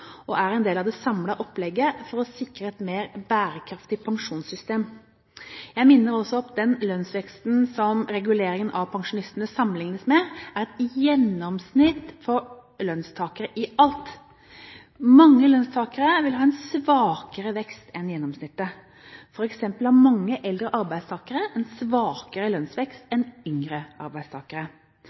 og er en del av det samlede opplegget for å sikre et mer bærekraftig pensjonssystem. Jeg minner også om at den lønnsveksten som reguleringen av pensjonene sammenlignes med, er et gjennomsnitt for lønnstakere i alt. Mange lønnstakere vil ha en svakere vekst enn gjennomsnittet, f.eks. har mange eldre arbeidstakere en svakere lønnsvekst enn yngre arbeidstakere.